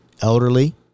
elderly